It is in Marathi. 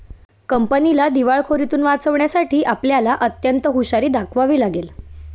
कंपनीला दिवाळखोरीतुन वाचवण्यासाठी आपल्याला अत्यंत हुशारी दाखवावी लागेल